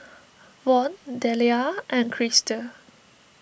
Von Deliah and Chrystal